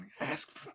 ask